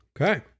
Okay